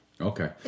Okay